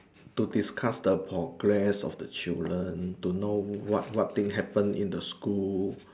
to discuss the progress of the children to know what what thing happen in the school